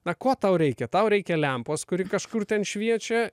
na ko tau reikia tau reikia lempos kuri kažkur ten šviečia